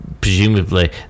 Presumably